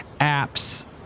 apps